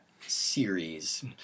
series